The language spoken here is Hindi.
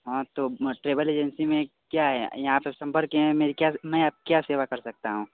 हाँ तो ट्रेभेल एजेंसी में क्या है यहाँ पे संपर्क में क्या नया क्या सेवा कर सकता हूँ